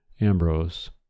Ambrose